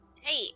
Hey